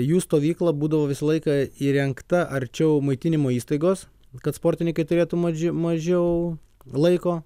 jų stovykla būdavo visą laiką įrengta arčiau maitinimo įstaigos kad sportininkai turėtų maži mažiau laiko